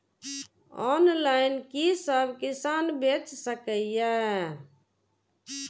Online कि सब किसान बैच सके ये?